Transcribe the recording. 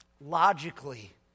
logically